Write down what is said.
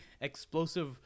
explosive